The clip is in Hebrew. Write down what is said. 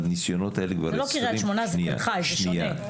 זה לא קריית שמונה זה תל חי, זה שונה.